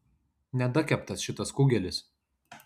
nedakeptas šitas kugelis